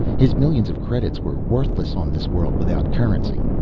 his millions of credits were worthless on this world without currency.